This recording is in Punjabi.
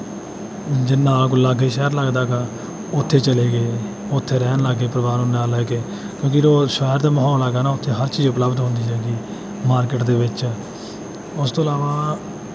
ਜਿਹਨਾਂ ਕੋਲ ਲਾਗੇ ਸ਼ਹਿਰ ਲੱਗਦਾ ਹੈਗਾ ਉੱਥੇ ਚਲੇ ਗਏ ਉੱਥੇ ਰਹਿਣ ਲੱਗ ਗਏ ਪਰਿਵਾਰ ਨੂੰ ਨਾਲ ਲੈ ਕੇ ਕਿਉਂਕਿ ਜੋ ਸ਼ਹਿਰ ਦਾ ਮਾਹੌਲ ਹੈਗਾ ਨਾ ਉੱਥੇ ਹਰ ਚੀਜ਼ ਉਪਲਬਧ ਹੁੰਦੀ ਹੈਗੀ ਮਾਰਕੀਟ ਦੇ ਵਿੱਚ ਉਸ ਤੋਂ ਇਲਾਵਾ